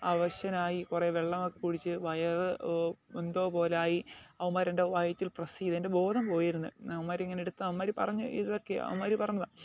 അവശനായി കുറേ വെള്ളമൊക്കെ കുടിച്ച് വയറ് എന്തൊപോലെ ആയി അവന്മാർ എന്റെ വയറ്റിൽ പ്രെസ്സെ ചെയ്തു എന്റെ ബോധം പോയിരുന്നു അവമ്മര ങ്ങനെടുത്ത് അവന്മാര് പറഞ്ഞ് ഇതക്കെ അവന്മാര് പറഞ്ഞത